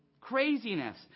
Craziness